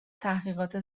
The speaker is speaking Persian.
تحقیقات